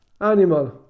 animal